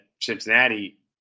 Cincinnati